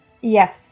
Yes